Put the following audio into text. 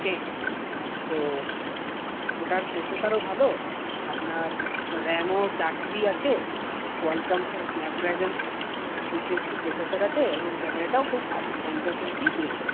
ten তো ওটার প্রসেসরও ভালো আপনার র্যামও চার জিবি আছে কোয়ালকমসের স্ন্যাপড্রাগন সিক্স এইট্টি প্রসেসর আছে এবং ক্যামেরাটাও খুব ভালো পঞ্চাশ এমপি দুই এমপি